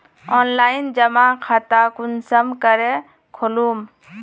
Online जमा खाता कुंसम करे खोलूम?